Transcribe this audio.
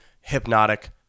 hypnotic